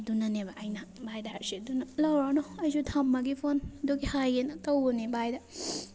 ꯑꯗꯨꯅꯅꯦꯕ ꯑꯩꯅ ꯚꯥꯏꯗ ꯍꯥꯏꯔꯤꯁꯦ ꯑꯗꯨꯅ ꯂꯧꯔꯣꯅꯨ ꯑꯩꯁꯨ ꯊꯝꯃꯒꯦ ꯐꯣꯟ ꯑꯗꯨꯒꯤ ꯍꯥꯏꯒꯦꯅ ꯇꯧꯕꯅꯤ ꯚꯥꯏꯗ